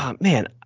man